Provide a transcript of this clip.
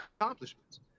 accomplishments